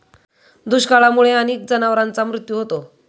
दुष्काळामुळे अनेक जनावरांचा मृत्यू होतो